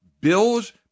bills